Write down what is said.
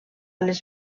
les